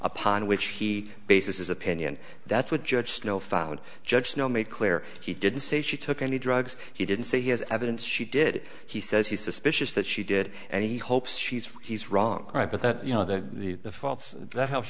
upon which he bases his opinion that's what judge snow found judge snow made clear he didn't say she took any drugs he didn't say he has evidence she did it he says he's suspicious that she did and he hopes she's he's wrong but that you know the the the faults that h